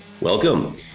Welcome